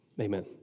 Amen